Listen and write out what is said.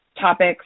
topics